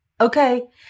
okay